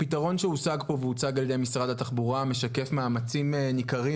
הפתרון שהושג פה והוצג על ידי משרד התחבורה משקף מאמצים ניכרים